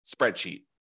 spreadsheet